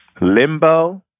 Limbo